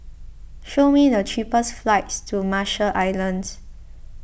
show me the cheapest flights to Marshall Islands